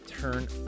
turn